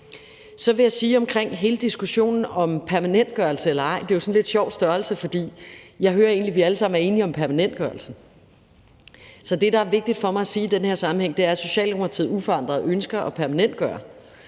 Jeg vil sige omkring hele diskussionen om permanentgørelse eller ej, at det jo er en sådan lidt sjov størrelse, for jeg hører egentlig, at vi alle sammen er enige om permanentgørelsen. Så det, der er vigtigt for mig at sige i den her sammenhæng, er, at Socialdemokratiet uforandret ønsker en permanentgørelse;